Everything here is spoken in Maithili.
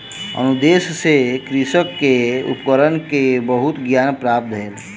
अनुदेश सॅ कृषक के उपकरण के बहुत ज्ञान प्राप्त भेल